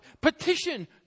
Petition